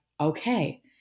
Okay